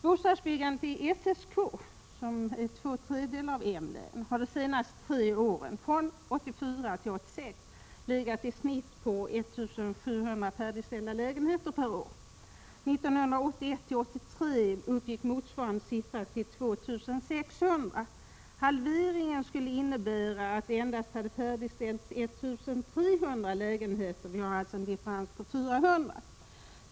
Bostadsbyggandet i SSK — som utgör två tredjedelar av M-län — har under 61 15 december 1986 färdigställda lägenheter per år. Åren 1981-1983 var motsvarande siffra 2 600. Halveringen skulle ha inneburit att det endast färdigställts 1 300 dernas betydelse för lägenheter. Vi har alltså en differens på 400.